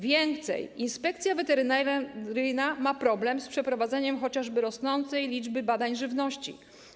Więcej, inspekcja weterynaryjna ma problem z przeprowadzeniem chociażby rosnącej liczby badań żywności.